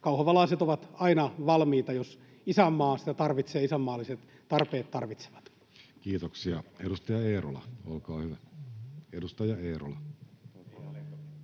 Kauhavalaiset ovat aina valmiita, jos isänmaa sitä tarvitsee, isänmaalliset tarpeet tarvitsevat. Kiitoksia. — Edustaja Eerola, olkaa hyvä.